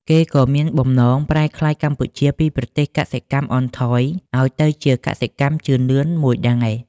គេក៏មានបំណងប្រែក្លាយកម្ពុជាពីប្រទេសកសិកម្មអន់ថយឱ្យទៅជាកសិកម្មជឿនលឿនមួយដែរ ។